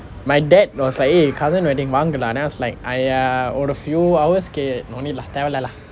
my dad was like eh cousin wedding வாங்கு:vaangu dah then I was like !aiya! ஒரு:oru few hours K no need lah தேவை இல்லை:thevai illai lah